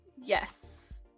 Yes